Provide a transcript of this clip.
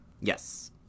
Yes